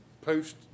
post